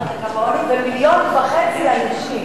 למעלה מ-850,000 ילדים מתחת לקו העוני ו-1.5 אנשים.